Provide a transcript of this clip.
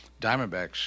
diamondbacks